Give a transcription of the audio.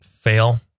fail